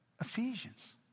Ephesians